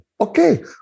Okay